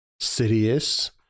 Sidious